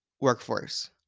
workforce